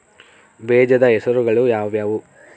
ಬೇಜದ ಹೆಸರುಗಳು ಯಾವ್ಯಾವು?